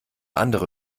andere